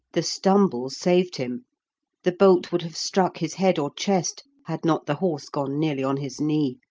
the stumble saved him the bolt would have struck his head or chest had not the horse gone nearly on his knee.